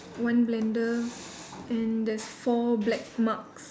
one blender and there's four black marks